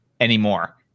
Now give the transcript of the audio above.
anymore